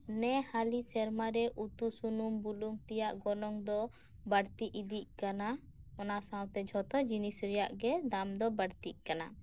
ᱱᱮ ᱦᱟᱹᱞᱤ ᱥᱮᱨᱢᱟᱨᱮ ᱩᱛᱩ ᱥᱩᱱᱩᱢ ᱵᱩᱞᱩᱝ ᱛᱮᱭᱟᱜ ᱜᱚᱱᱚᱝ ᱫᱚ ᱵᱟᱲᱛᱤ ᱤᱫᱤᱜ ᱠᱟᱱᱟ ᱚᱱᱟ ᱥᱟᱶᱛᱮ ᱡᱷᱚᱛᱚ ᱡᱤᱱᱤᱥ ᱨᱮᱭᱟᱜ ᱜᱮ ᱫᱟᱢ ᱫᱚ ᱵᱟᱹᱲᱛᱤᱜ ᱠᱟᱱᱟ